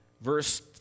Verse